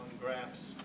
graphs